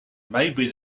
maybe